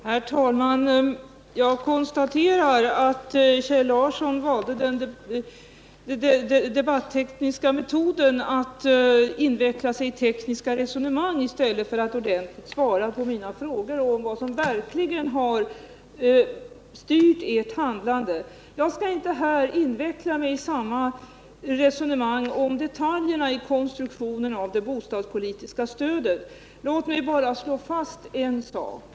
Herr talman! Jag konstaterar att Kjell Mattsson valde den debattekniska metoden att inveckla sig i tekniska resonemang i stället för att ordentligt svara på mina frågor om vad som verkligen har styrt centerpartiets handlande. Jag skall inte här inveckla mig i samma resonemang om detaljerna i konstruktionen av det bostadspolitiska stödet. Låt mig bara slå fast en sak.